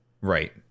right